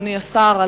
אדוני השר,